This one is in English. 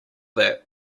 that